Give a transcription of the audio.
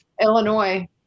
illinois